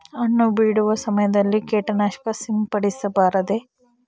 ಹಣ್ಣು ಬಿಡುವ ಸಮಯದಲ್ಲಿ ಕೇಟನಾಶಕ ಸಿಂಪಡಿಸಬಾರದೆ?